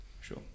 Sure